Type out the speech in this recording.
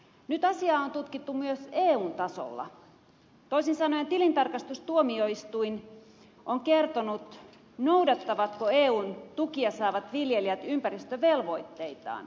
nyt asiaa on tutkittu myös eun tasolla toisin sanoen tilintarkastustuomioistuin on tutkinut noudattavatko eun tukia saavat viljelijät ympäristövelvoitteitaan